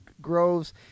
groves